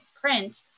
print